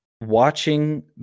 watching